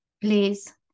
Please